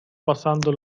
pasando